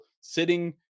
sitting